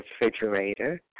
refrigerator